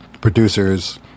producers